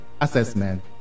assessment